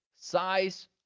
size